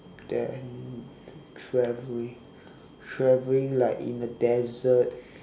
then traveling traveling like in the desert